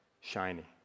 shiny